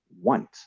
want